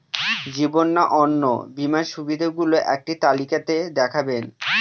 জীবন বা অন্ন বীমার সুবিধে গুলো একটি তালিকা তে দেখাবেন?